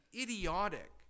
idiotic